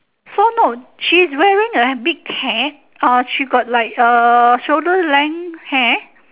so no she's wearing a big cap she got like a shoulder length hair